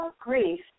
grief